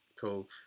Cool